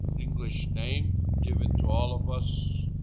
english name given to all of us